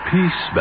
Peace